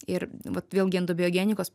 ir vat vėlgi endobiogenikos